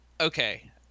Okay